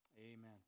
Amen